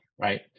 right